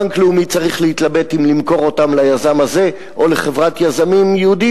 בנק לאומי צריך להתלבט אם למכור אותן ליזם הזה או לחברת יזמים יהודים,